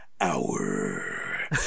hour